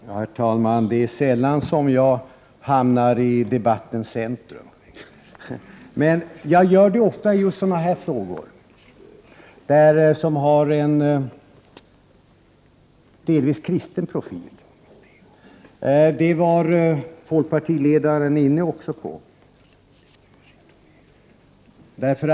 Herr talman! Det är sällan som jag hamnar i debattens centrum. Men jag gör det ofta i just sådana här frågor, som har en delvis kristen profil. Det var folkpartiledaren också inne på.